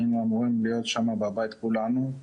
היינו אמורים להיות שמה בבית כולנו,